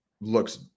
looks